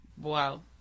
Wow